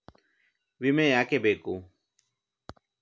ವಿಮೆ ಯಾಕೆ ಬೇಕು?